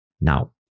Now